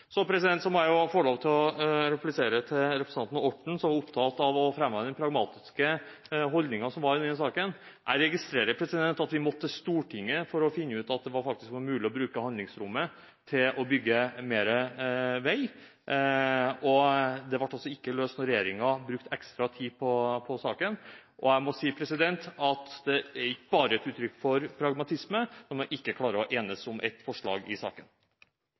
Jeg må få lov til å replisere til representanten Orten, som er opptatt av framheve den pragmatiske holdningen i denne saken: Jeg registrerer at vi måtte til Stortinget for å finne ut at det faktisk var mulig å bruke handlingsrommet til å bygge mer vei. Det ble altså ikke løst da regjeringen brukte ekstra tid på saken. Og jeg må si at det er ikke bare et uttrykk for pragmatisme når man ikke klarer å enes om et forslag i saken.